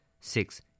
six